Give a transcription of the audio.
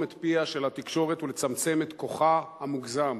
את פיה של התקשורת ולצמצם את כוחה המוגזם,